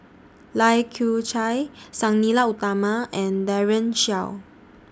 Lai Kew Chai Sang Nila Utama and Daren Shiau